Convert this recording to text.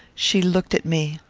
she looked at me.